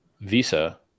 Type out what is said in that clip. Visa